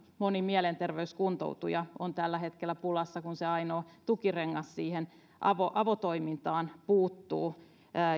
moni mielenterveyskuntoutuja on tällä hetkellä pulassa kun se ainoa tukirengas avotoimintaan puuttuu